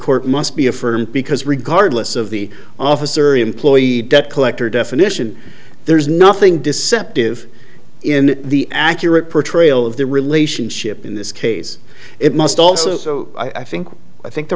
court must be affirmed because regardless of the office or employee debt collector definition there is nothing deceptive in the accurate portrayal of the relationship in this case it must also i think i think the